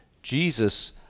Jesus